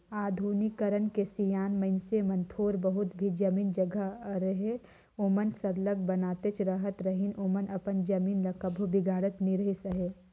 आधुनिकीकरन के सियान मइनसे मन थोर बहुत भी जमीन जगहा रअहे ओमन सरलग बनातेच रहत रहिन ओमन अपन जमीन ल कभू बिगाड़त नी रिहिस अहे